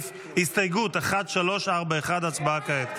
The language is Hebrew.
הסתייגות 1341, הצבעה כעת.